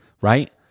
right